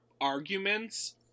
arguments